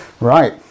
Right